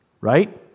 Right